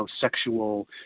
sexual